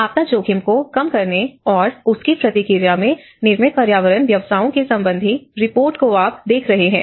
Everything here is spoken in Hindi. आपदा जोखिम को कम करने और उसकी प्रतिक्रिया में निर्मित पर्यावरण व्यवसायों के संबंधी रिपोर्टको आप देख रहे हैं